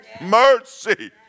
Mercy